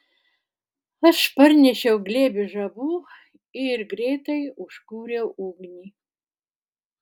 aš parnešiau glėbį žabų ir greitai užkūriau ugnį